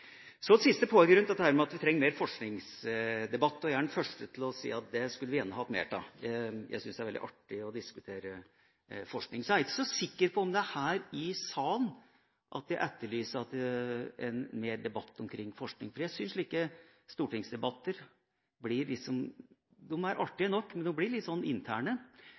Så et siste poeng rundt dette med at vi trenger mer forskningsdebatt. Jeg er den første til å si at det skulle vi gjerne hatt mer av. Jeg syns det er veldig artig å diskutere forskning. Så er jeg ikke så sikker på om det er her i salen at jeg etterlyser mer debatt omkring forskning, for jeg syns slike stortingsdebatter er artige nok, men de blir litt interne.